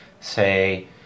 say